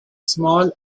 small